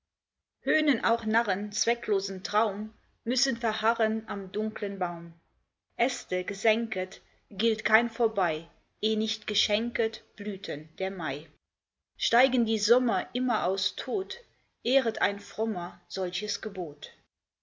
höhnen auch narren zwecklosen traum müssen verharren am dunklen baum äste gesenket gilt kein vorbei eh nicht geschenket blüten der mai steigen die sommer immer aus tod ehret ein frommer solches gebot